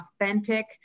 authentic